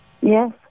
Yes